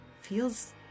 feels